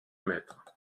mètres